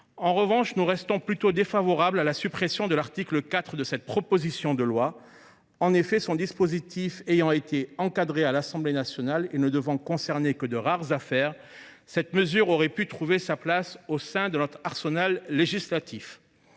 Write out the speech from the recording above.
en revanche plutôt défavorables à la suppression de l’article 4 de cette proposition de loi. Son dispositif ayant été encadré par l’Assemblée nationale, celui ci n’aurait concerné que de rares affaires, et il aurait pu trouver sa place au sein de notre arsenal législatif.